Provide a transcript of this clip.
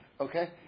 Okay